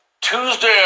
Tuesday